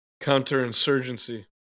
Counterinsurgency